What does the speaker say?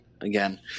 again